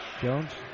Jones